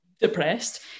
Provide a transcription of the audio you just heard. depressed